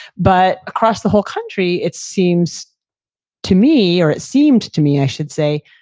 but across the whole country, it seems to me or it seemed to me i should say,